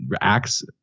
acts